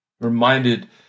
Reminded